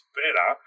better